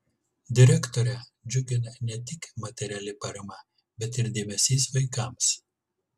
direktorę džiugina ne tik materiali parama bet ir dėmesys vaikams